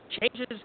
changes